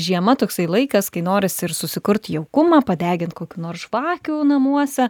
žiema toksai laikas kai norisi ir susikurt jaukumą padegint kokių nors žvakių namuose